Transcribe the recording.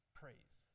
praise